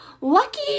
Lucky